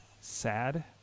sad